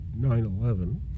9-11